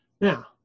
Now